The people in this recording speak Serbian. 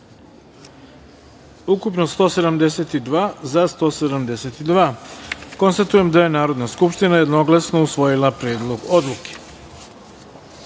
ukupno – 172, za – 172.Konstatujem da je Narodna skupština jednoglasno usvojila Predlog odluke. Pre